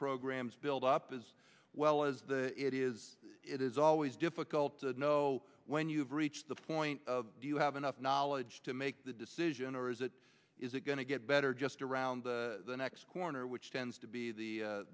programs build up as well as it is it is always difficult to know when you've reached the point of do you have enough knowledge to make the decision or is it is it going to get better just around the next corner which tends to be the